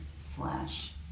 slash